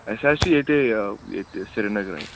اَسہِ حظ چھِ ییٚتہِ ییٚتہِ سرینگرٕے